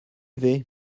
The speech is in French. vais